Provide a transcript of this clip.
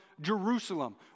Jerusalem